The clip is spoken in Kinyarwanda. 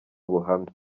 ubuhamya